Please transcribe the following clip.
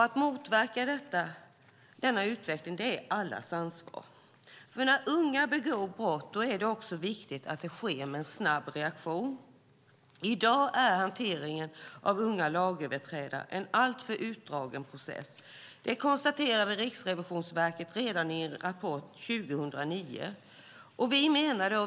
Att motverka denna utveckling är allas ansvar. När unga begår brott är det också viktigt att det sker en snabb reaktion. I dag är hanteringen av unga lagöverträdare en alltför utdragen process. Det konstaterade Riksrevisionsverket redan i en rapport 2009.